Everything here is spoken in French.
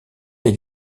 est